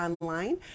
online